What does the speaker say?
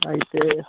అయితే